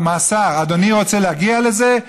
אדוני רוצה להגיע לזה?"